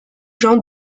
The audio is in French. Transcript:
jean